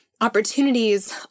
opportunities